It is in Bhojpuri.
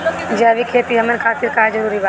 जैविक खेती हमन खातिर काहे जरूरी बा?